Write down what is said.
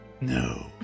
No